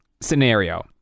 scenario